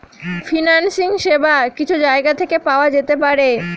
financing সেবা কিছু জায়গা থেকে পাওয়া যেতে পারে